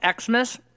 Xmas